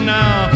now